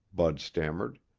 bud stammered,